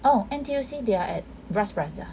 oh N_T_U_C they are at bras basah